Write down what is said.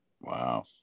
Wow